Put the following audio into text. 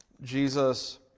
Jesus